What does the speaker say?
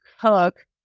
cook